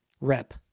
rep